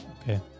Okay